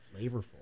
flavorful